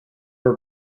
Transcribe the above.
were